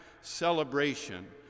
celebration